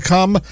Come